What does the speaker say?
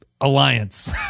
Alliance